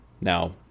Now